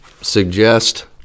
suggest